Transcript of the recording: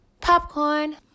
Popcorn